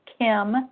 kim